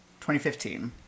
2015